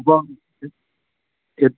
ഇപ്പം